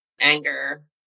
anger